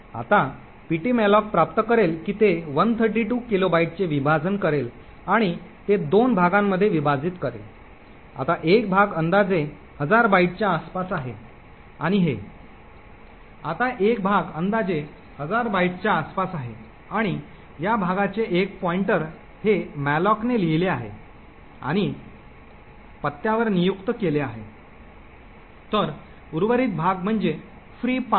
आता पीटीमलोक प्राप्त करेल की ते 132 किलोबाइटचे विभाजन करेल आणि ते दोन भागांमध्ये विभाजित करेल आता एक भाग अंदाजे हजार बाइटच्या आसपास आहे आणि हे आता एक भाग अंदाजे हजार बाइट्सच्या आसपास आहे आणि या भागाचे एक पॉईंटर हे मलोकने लिहिले आहे आणि पत्त्यावर नियुक्त केले आहे तर उर्वरित भाग म्हणजे फ्री पार्ट